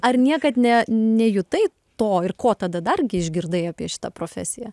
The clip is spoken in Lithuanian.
ar niekad ne nejutai to ir ko tada dar išgirdai apie šitą profesiją